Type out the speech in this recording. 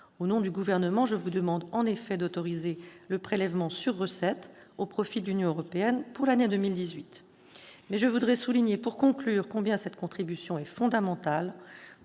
au nom du Gouvernement, je vous demande en effet d'autoriser le prélèvement sur recettes au profit de l'Union européenne pour l'année 2018. Pour conclure, je voudrais souligner combien cette contribution est fondamentale